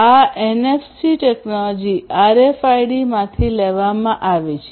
આ NFC technology આરએફઆઈડીમાંથી લેવામાં આવી છે